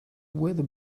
weather